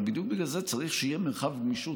אבל בדיוק בגלל זה צריך שיהיה מרחב גמישות,